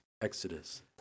Exodus